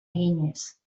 eginez